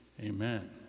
amen